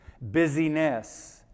busyness